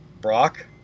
Brock